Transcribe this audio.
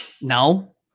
No